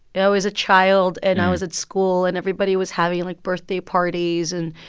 yeah i was a child and i was at school. and everybody was having, like, birthday parties and,